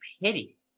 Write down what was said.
pity